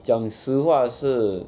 讲实话是